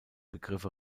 begriffe